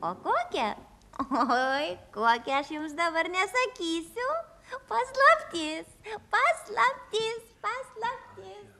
o kokią oi kokią aš jums dabar nesakysiu paslaptis paslaptis paslaptis